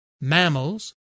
mammals